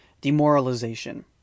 demoralization